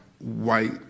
white